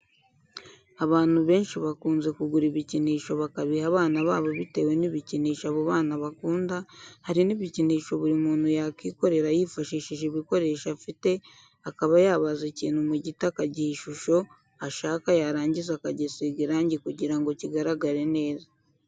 Abantu benshi bakunze kugura ibikinisho bakabiha abana babo bitewe n'ibikinisho abo bana bakunda, hari n'ibikinisho buri muntu yakikorera yifashishije ibikoresho afite akaba yabaza ikintu mu giti akagiha ishusho ashaka yarangiza akagisiga irange kugira ngo kigaragare neza.